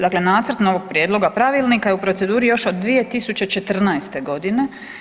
Dakle, Nacrt novog Prijedloga pravilnika je u proceduri još od 2014. godine.